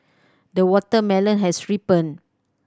the watermelon has ripened